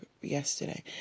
yesterday